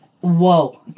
whoa